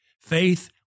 Faith